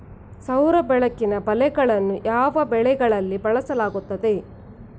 ಸೌರ ಬೆಳಕಿನ ಬಲೆಗಳನ್ನು ಯಾವ ಬೆಳೆಗಳಲ್ಲಿ ಬಳಸಲಾಗುತ್ತದೆ?